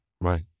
Right